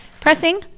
Pressing